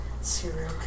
Serial